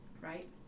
Right